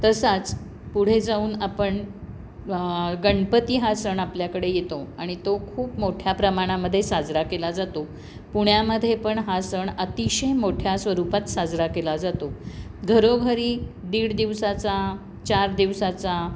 तसाच पुढे जाऊन आपण गणपती हा सण आपल्याकडे येतो आणि तो खूप मोठ्या प्रमाणामध्ये साजरा केला जातो पुण्यामध्ये पण हा सण अतिशय मोठ्या स्वरूपात साजरा केला जातो घरोघरी दीड दिवसाचा चार दिवसाचा